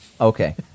okay